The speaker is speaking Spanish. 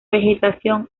vegetación